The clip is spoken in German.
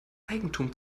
eigentum